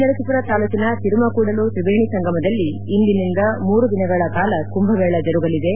ನರ್ಬೀಪುರ ತಾಲೂಕಿನ ತಿರುಮಕೂಡಲು ತ್ರಿವೇಣಿ ಸಂಗಮದಲ್ಲಿ ಇಂದಿನಿಂದ ಮೂರು ದಿನಗಳ ಕಾಲ ಕುಂಭಮೇಳ ಜರುಗಲಿದೆ